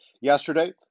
yesterday